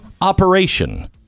operation